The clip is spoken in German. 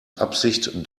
absicht